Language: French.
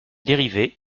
dérivées